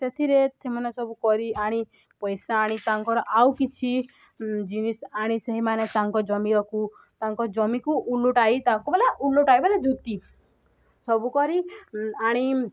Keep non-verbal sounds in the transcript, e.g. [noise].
ସେଥିରେ ସେମାନେ ସବୁ କରି ଆଣି ପଇସା ଆଣି ତାଙ୍କର ଆଉ କିଛି ଜିନିଷ ଆଣି ସେହିମାନେ ତାଙ୍କ ଜମି [unintelligible] ତାଙ୍କ ଜମିକୁ ଉଲୁଟାଇ ତାଙ୍କୁ [unintelligible] ଉଲୁଟାଇ ବଲେ ଜୁତି ସବୁ କରି ଆଣି